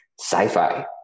sci-fi